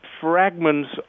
fragments